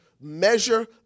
measure